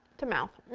to mouth.